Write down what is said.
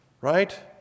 right